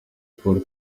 paul